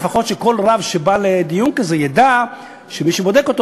או לפחות שכל רב שבא לדיון כזה ידע שמי שבודק אותו